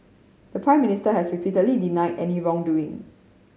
the Prime Minister has repeatedly denied any wrongdoing